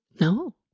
No